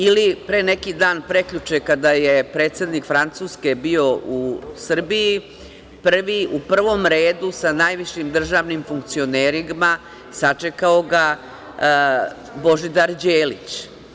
Ili, pre neki dan, prekjuče, kada je predsednik Francuske bio u Srbiji, u prvom redu sa najvišim državnim funkcionerima sačekao ga je Božidar Đelić.